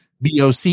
BOC